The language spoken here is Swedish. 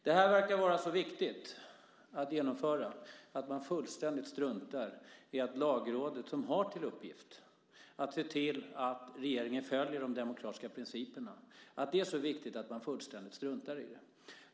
Det här verkar vara så viktigt att genomföra att man fullständigt struntar i Lagrådet som har till uppgift att se till att regeringen följer de demokratiska principerna.